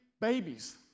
babies